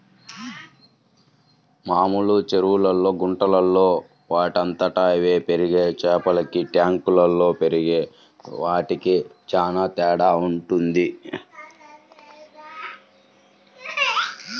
మామూలు చెరువుల్లో, గుంటల్లో వాటంతట అవే పెరిగే చేపలకి ట్యాంకుల్లో పెరిగే వాటికి చానా తేడా వుంటది